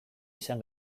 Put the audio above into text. izan